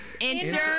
enter